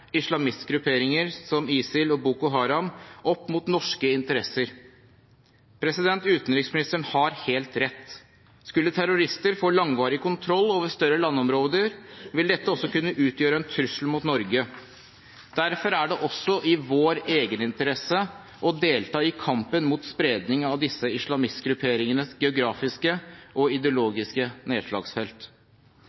islamistgrupperinger som ISIL og Boko Haram opp mot norske interesser. Utenriksministeren har helt rett. Skulle terrorister få langvarig kontroll over større landområder, ville dette også kunne utgjøre en trussel mot Norge. Derfor er det også i vår egeninteresse å delta i kampen mot spredning av disse islamistgrupperingenes geografiske og ideologiske nedslagsfelt.